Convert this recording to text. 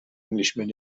englishman